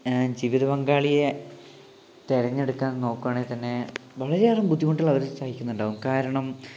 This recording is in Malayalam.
ജീവിത പങ്കാളിയെ തിരഞ്ഞെടുക്കാൻ നോക്കുകയാണെങ്കിൽതന്നെ വളരെയേറെ ബുദ്ധിമുട്ടുകൾ അവര് സഹിക്കുന്നുണ്ടാവും കാരണം